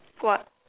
what